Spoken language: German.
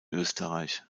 österreich